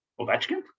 Ovechkin